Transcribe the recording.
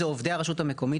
הם עובדי הרשות המקומית,